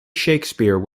shakespeare